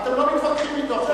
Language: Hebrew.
אתם לא מתווכחים אתו עכשיו,